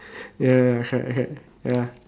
ya ya correct correct ya